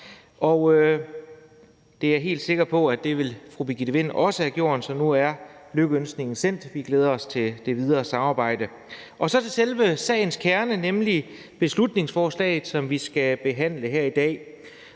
det er jeg helt sikker på at fru Birgitte Vind også ville have gjort, så nu er lykønskningen sendt, og vi glæder os til det videre samarbejde. Så til selve sagens kerne, nemlig beslutningsforslaget, som vi skal behandle her i dag,